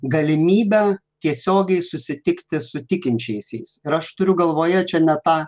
galimybe tiesiogiai susitikti su tikinčiaisiais ir aš turiu galvoje čia ne tą